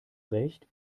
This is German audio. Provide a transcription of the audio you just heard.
recht